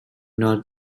not